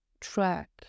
track